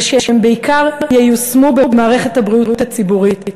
ושהן בעיקר ייושמו במערכת הבריאות הציבורית,